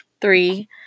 three